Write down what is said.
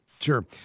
Sure